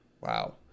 wow